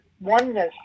oneness